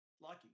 lucky